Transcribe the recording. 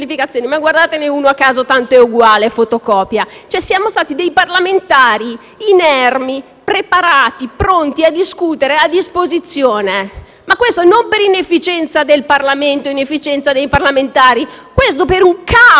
inermi, preparati e pronti a discutere a disposizione. Questo non per inefficienza del Parlamento e dei parlamentari, ma per un *caos* extraistituzionale, un *caos* politico che nulla ha a che fare con noi. Allora aprite